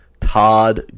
Todd